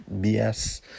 BS